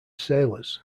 sailors